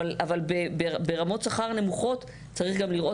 אבל ברמות השכר הנמוכות צריך גם לראות